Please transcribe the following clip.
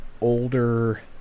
older